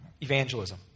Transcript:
evangelism